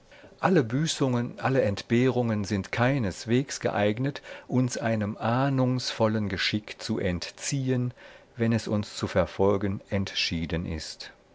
alle büßungen alle entbehrungen sind keineswegs geeignet uns einem ahnungsvollen geschick zu entziehen wenn es uns zu verfolgen entschieden ist